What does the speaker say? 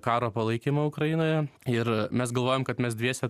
karo palaikymą ukrainoje ir mes galvojam kad mes dviese